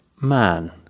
man